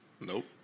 Nope